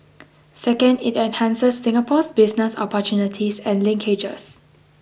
second it enhances Singapore's business opportunities and linkages